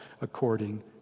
according